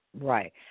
Right